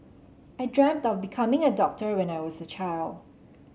I dreamt of becoming a doctor when I was a child